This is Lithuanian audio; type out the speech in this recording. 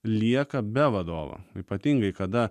lieka be vadovo ypatingai kada